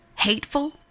hateful